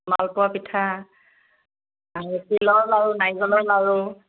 মালপোৱা পিঠা আৰু তিলৰ লাড়ু নাৰিকলৰ লাড়ু